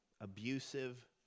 abusive